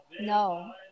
no